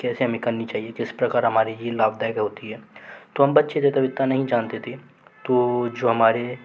कैसे हमें करनी चाहिए किस प्रकार हमारी ये लाभदायक होती है तो हम बच्चे थे तब इतना नहीं जानते थे इतना नहीं जानते थे तो जो हमारा